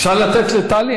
אפשר לתת לטלי?